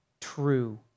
true